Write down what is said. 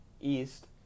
east